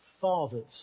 fathers